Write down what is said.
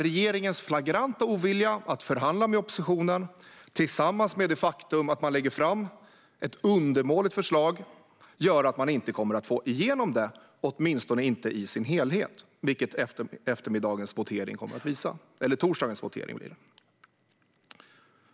Regeringens flagranta ovilja att förhandla med oppositionen tillsammans med det faktum att den lägger fram ett undermåligt förslag gör att den inte får igenom det, åtminstone inte i sin helhet. Det kommer torsdagens votering att visa.